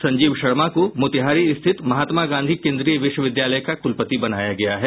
संजीव शर्मा को मोतिहारी स्थित महात्मा गांधी केंद्रीय विश्वविद्यालय का कुलपति बनाया गया है